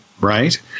right